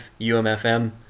UMFM